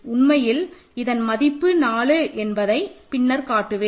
உண்மையில் இதன் மதிப்பு 4 என்பதை பின்னர் காட்டுவேன்